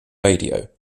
radio